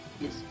yes